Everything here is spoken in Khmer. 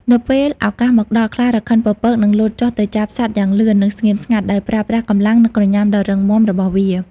នៅពេលឱកាសមកដល់ ខ្លារខិនពពកនឹង លោតចុះទៅចាប់សត្វយ៉ាងលឿន និងស្ងៀមស្ងាត់ ដោយប្រើប្រាស់កម្លាំង និងក្រញាំដ៏រឹងមាំរបស់វា។